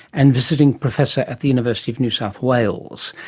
and visiting professor at the university of new south wales.